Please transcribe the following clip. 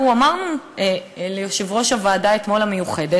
אנחנו אמרנו אתמול ליושב-ראש הוועדה המיוחדת,